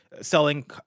selling